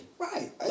right